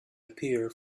appear